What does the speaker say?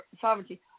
sovereignty